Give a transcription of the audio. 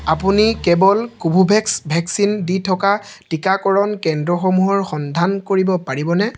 আপুনি কেৱল Corbevax vaccine দি থকা টীকাকৰণ কেন্দ্ৰসমূহৰ সন্ধান কৰিব পাৰিবনে